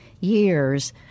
years